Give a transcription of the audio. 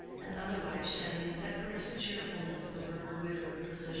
and otherwise shedding a decorous cheerfulness over her widowed position.